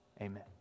amen